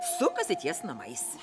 sukasi ties namais